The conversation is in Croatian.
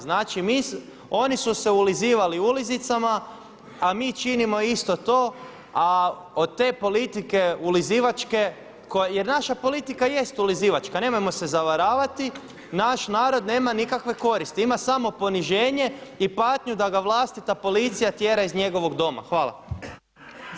Znači oni su se ulizivali ulizicama, a mi činimo isto to a od te politike ulizivačke, jer naša politika jest ulizivačka nemojmo se zavaravati, naš narod nema nikakve koristi, ima samo poniženje i patnju da ga vlastita policija tjera iz njegovog doma.